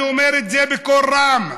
אני אומר את זה בקול רם,